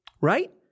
Right